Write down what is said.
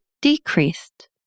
decreased